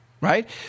Right